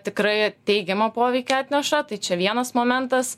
tikrai teigiamą poveikį atneša tai čia vienas momentas